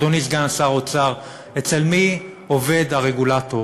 אדוני סגן שר האוצר, אצל מי עובד הרגולטור?